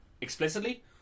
explicitly